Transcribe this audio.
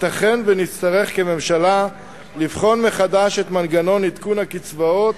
ייתכן שנצטרך כממשלה לבחון מחדש את מנגנון עדכון הקצבאות